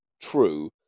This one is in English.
true